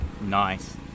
Nice